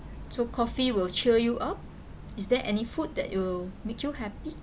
so coffee will cheer you up is there any food that will make you happy